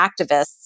activists